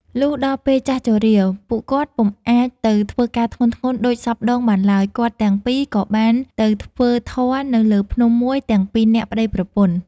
លុះដល់ពេលចាស់ជរា ពួកគាត់ពុំអាចទៅធ្វើការធ្ងន់ៗដូចសព្វដងបានឡើយ គាត់ទាំងពីរក៏បានទៅធ្វើធម៌នៅលើភ្នំមួយទាំងពីរនាក់ប្ដីប្រពន្ធ។។